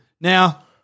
Now